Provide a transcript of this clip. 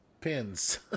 pins